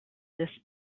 this